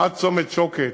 עד צומת שוקת,